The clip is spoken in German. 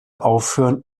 aufhören